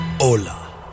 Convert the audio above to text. Hola